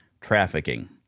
trafficking